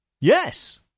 Yes